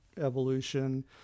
evolution